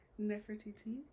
Nefertiti